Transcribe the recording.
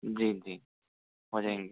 जी जी हो जाएंगे